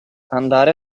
andare